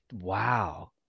wow